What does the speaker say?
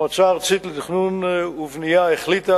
המועצה הארצית לתכנון ובנייה החליטה